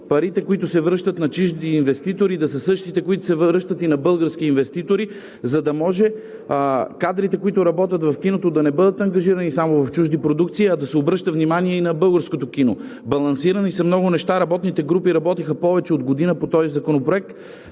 парите, които се връщат на чужди инвеститори, да са същите, които се връщат и на български инвеститори, за да може кадрите, които работят в киното, да не бъдат ангажирани само в чужди продукции, а да се обръща внимание и на българското кино. Балансирани са много неща. Работните групи работиха повече от година по този законопроект.